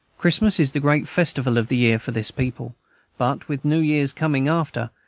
christmas is the great festival of the year for this people but, with new year's coming after,